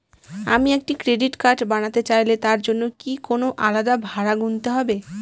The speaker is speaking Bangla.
আমি একটি ক্রেডিট কার্ড বানাতে চাইলে তার জন্য কি কোনো আলাদা ভাড়া গুনতে হবে?